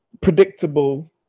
predictable